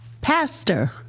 Pastor